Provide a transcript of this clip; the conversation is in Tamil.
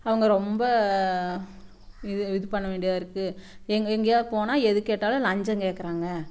அவங்க ரொம்ப இது இது பண்ண வேண்டியதாக இருக்குது எங்கள் எங்கேயாது போனால் எதுக்கேட்டாலும் லஞ்சம் கேட்கிறாங்க